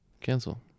Cancel